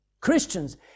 Christians